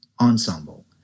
ensemble